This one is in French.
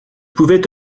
pouvait